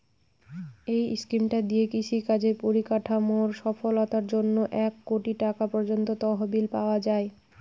এই স্কিমটা দিয়ে কৃষি কাজের পরিকাঠামোর সফলতার জন্যে এক কোটি টাকা পর্যন্ত তহবিল পাওয়া যায়